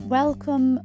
welcome